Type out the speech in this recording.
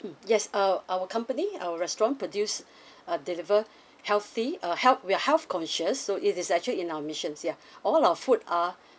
mm yes uh our company our restaurant produce uh deliver healthy uh health we're health conscious so it is actually in our missions ya all our food are